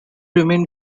remained